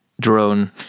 drone